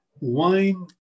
wine